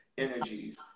energies